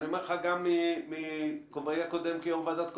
ואני אומר לך גם מכובעי הקודם כיושב-ראש ועדת הקורונה,